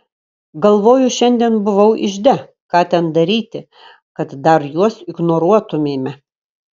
galvoju šiandien buvau ižde ką ten daryti kad dar juos ignoruotumėme